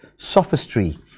sophistry